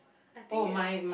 I think if